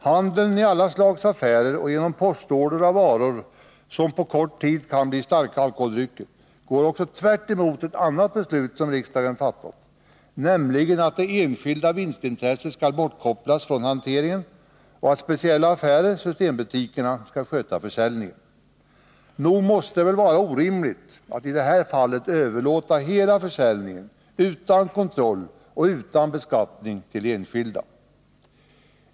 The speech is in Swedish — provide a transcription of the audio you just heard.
Handeln i alla slags affärer och genom postorder av varor som på kort tid blir alkoholstarka drycker går också tvärtemot ett annat beslut som riksdagen har fattat, nämligen att det enskilda vinstintresset skall bortkopplas från hanteringen och att speciella affärer — systembutikerna — skall sköta försäljningen. Nog måste det vara orimligt att i det här fallet överlåta hela försäljningen, utan kontroll och utan beskattning, till enskilda.